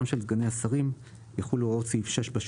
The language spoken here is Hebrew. של סגני השרים יחולו הוראות סעיף 6,